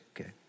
okay